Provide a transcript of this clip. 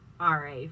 RA